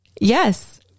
Yes